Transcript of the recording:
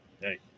hey